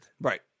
Right